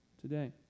today